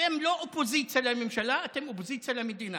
אתם לא אופוזיציה לממשלה, אתם אופוזיציה למדינה".